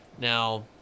Now –